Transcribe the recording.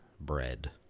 bread